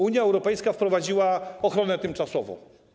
Unia Europejska wprowadziła ochronę tymczasową.